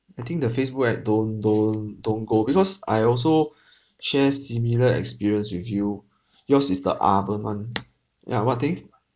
I think the facebook ad don't don't don't go because I also share similar experience with you yours is the oven ya what thing